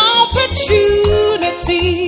opportunity